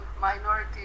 minority